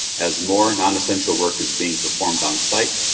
as more non-essential work is being performed on site,